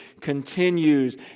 continues